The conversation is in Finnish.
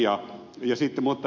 mutta minä ed